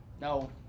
no